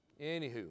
anywho